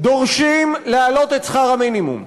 דורשים להעלות את שכר המינימום.